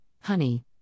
Honey